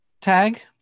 tag